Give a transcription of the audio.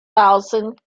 thousand